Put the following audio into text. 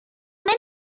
was